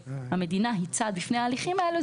כשהמדינה היא צד בפני ההליכים האלה,